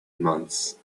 months